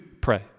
pray